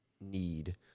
need